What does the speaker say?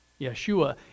Yeshua